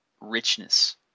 Richness